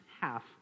half